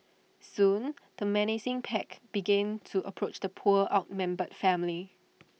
soon the menacing pack began to approach the poor outnumbered family